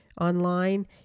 online